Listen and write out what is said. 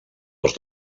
els